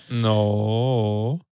No